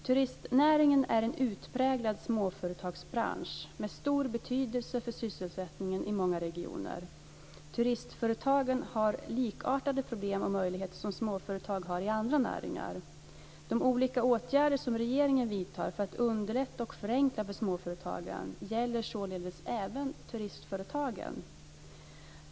Turistnäringen är en utpräglad småföretagsbransch med stor betydelse för sysselsättningen i många regioner. Turistföretagen har likartade problem och möjligheter som småföretag har i andra näringar. De olika åtgärder som regeringen vidtar för att underlätta och förenkla för småföretagen gäller således även turistföretagen.